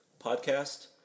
podcast